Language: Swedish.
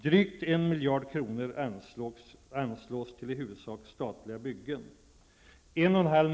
Drygt 1 miljard kronor anslås till i huvudsak statliga byggen.